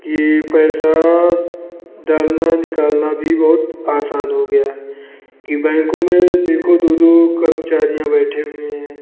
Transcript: कि पैसा डालना निकालना भी बहुत आसान हो गया है कि बैंकों में देखो दो दो कर्मचारियाँ बैठे हुए हैं